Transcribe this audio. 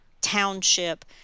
township